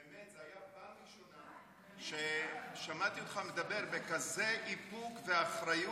באמת זאת הייתה הפעם הראשונה ששמעתי אותך מדבר בכזה איפוק ואחריות,